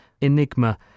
Enigma